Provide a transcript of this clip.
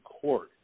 Court